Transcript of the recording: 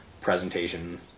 presentation